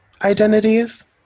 identities